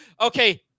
Okay